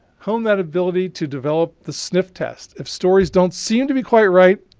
hone that ability to develop the sniff test. if stories don't seem to be quite right,